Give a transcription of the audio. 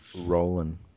Rolling